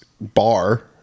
bar